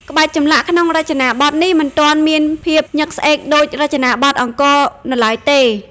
ក្បាច់ចម្លាក់ក្នុងរចនាបថនេះមិនទាន់មានភាពញឹកស្អេកដូចរចនាបថអង្គរវត្តនៅឡើយទេ។